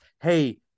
Hey